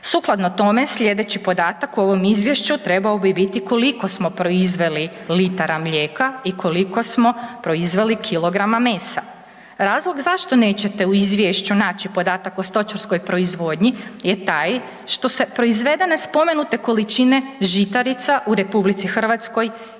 Sukladno tome slijedeći podataka u ovom izvješću trebao bi biti koliko smo proizveli litara mlijeka i koliko smo proizveli kilograma mesa. Razlog zašto nećete u izvješću naći podatak o stočarskoj proizvodnji je taj što se proizvedene spomenute količine žitarica u RH izvoze.